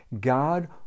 God